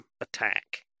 attack